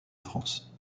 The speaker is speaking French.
france